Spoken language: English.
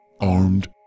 armed